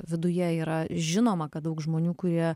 viduje yra žinoma kad daug žmonių kurie